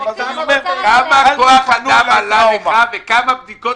כמה כוח אדם זה עלה לך וכמה בדיקות